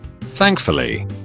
Thankfully